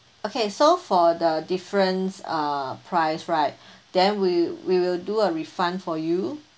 okay so for the difference uh price right then we we will do a refund for you